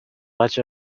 much